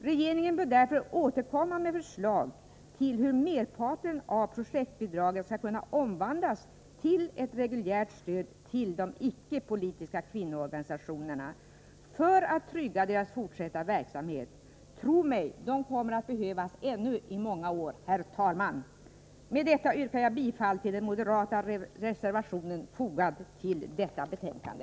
Regeringen bör därför återkomma med ett förslag till hur merparten av projektbidragen skall kunna omvandlas till ett reguljärt stöd till de icke-politiska kvinnoorganisationerna för att trygga deras fortsatta verksamhet. Tro mig, de kommer att behövas ännu i många år. Herr talman! Med detta yrkar jag bifall till den moderata reservation som är fogad till detta betänkande.